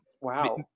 Wow